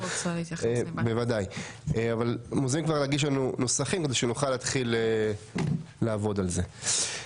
אתם מוזמנים להגיש לנו נוסחים כדי שנוכל להתחיל לעבוד על זה.